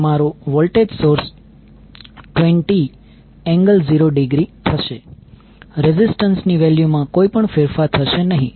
તમારો voltage source 20∠0°થશે resistance ની વેલ્યુ માં કોઇ પણ ફેરફાર થશે નહિ